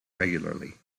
regularly